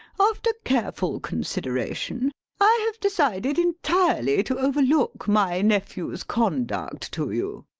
after careful consideration i have decided entirely to overlook my nephew's conduct to you.